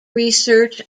research